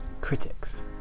critics